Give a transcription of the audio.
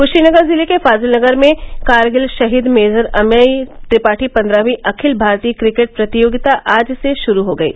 कुशीनगर जिले के फाजिलनगर में कारगिल शहीद मेजर अमिय त्रिपाठी पन्द्रहवीं अखिल भारतीय क्रिकेट प्रतियोगिता आज से शुरू हो गयी